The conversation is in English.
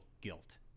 guilt